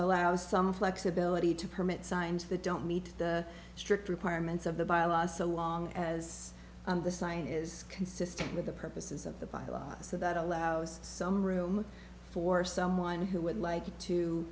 allow some flexibility to permit signs that don't meet the strict requirements of the bylaws so long as the sign is consistent with the purposes of the bylaws so that allows some room for someone who would like to